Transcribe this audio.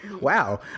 Wow